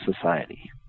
society